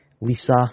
Lisa